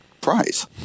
prize